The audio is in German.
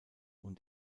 und